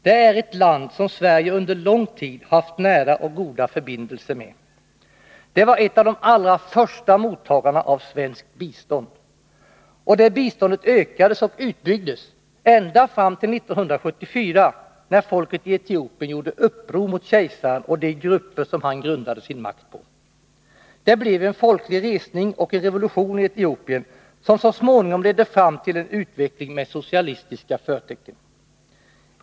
Det är ett land som Sverige under lång tid har haft nära och goda förbindelser med. Det var en av de allra första mottagarna av svenskt bistånd, och det biståndet ökades och utbyggdes ända fram till 1974. när folket i Etiopien gjorde uppror mot kejsaren och de grupper som han grundade sin makt på. Det blev en folklig resning och en revolution i Etiopien, som så småningom ledde fram till en utveckling med socialistiska förtecken.